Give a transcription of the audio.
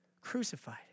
crucified